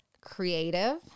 creative